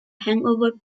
hangover